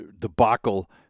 debacle